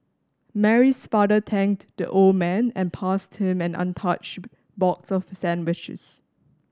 Mary's father thanked the old man and passed him an untouched box of sandwiches